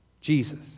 Jesus